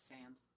Sand